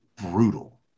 brutal